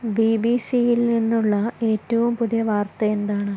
B B C യിൽ നിന്നുള്ള ഏറ്റവും പുതിയ വാർത്ത എന്താണ്